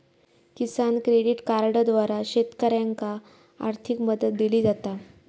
किसान credit कार्डद्वारा शेतकऱ्यांनाका आर्थिक मदत दिली जाता